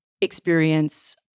experience